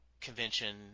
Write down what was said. convention